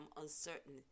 uncertain